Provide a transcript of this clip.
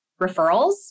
referrals